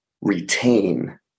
retain